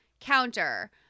counter